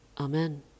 Amen